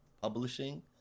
publishing